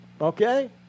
Okay